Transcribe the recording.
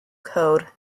code